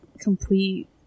Complete